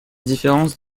différence